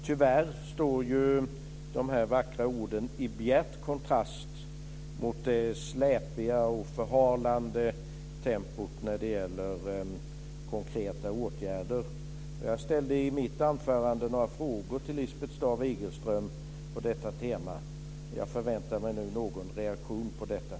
Tyvärr står de vackra orden i bjärt kontrast till det släpiga och förhalande tempot när det gäller konkreta åtgärder. Jag ställde i mitt anförande några frågor till Lisbeth Staaf Igelström på detta tema, och jag förväntar mig nu någon reaktion på dem.